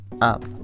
up